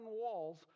walls